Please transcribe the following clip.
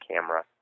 camera